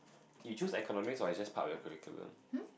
you choose economics or is just part of your curriculum